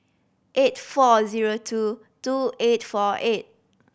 eight four zero two two eight four eight